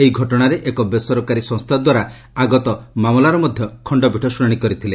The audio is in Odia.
ଏହି ଘଟଣାରେ ଏକ ବେସରକାରୀ ସଂସ୍ଥା ଦ୍ୱାରା ଆଗତ ମାମଲାର ମଧ୍ୟ ଖଣ୍ଡପୀଠ ଶ୍ରଣାଣି କରିଥିଲେ